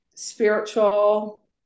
Spiritual